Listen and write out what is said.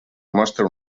mostra